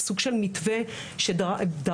סוג של מתווה שדרשנו,